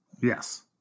Yes